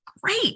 great